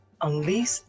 unleash